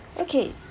okay